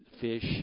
Fish